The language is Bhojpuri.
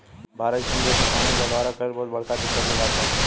भारत जइसन देश मे पानी के बटवारा कइल बहुत बड़का दिक्कत के बात बा